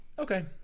Okay